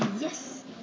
Yes